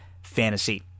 Fantasy